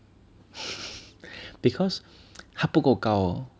because 他不够高